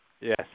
Yes